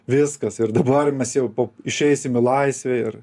viskas ir dabar mes jau po išeisim į laisvę ir